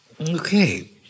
Okay